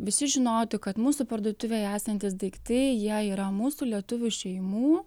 visi žinotų kad mūsų parduotuvėje esantys daiktai jie yra mūsų lietuvių šeimų